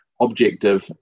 objective